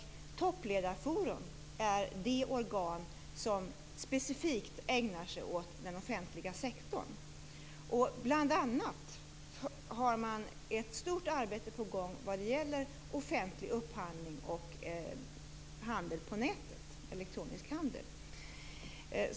Toppledarforum är det organ som specifikt ägnar sig åt den offentliga sektorn. Bl.a. har man ett stort arbete på gång vad gäller offentlig upphandling och handel på nätet, dvs. elektronisk handel.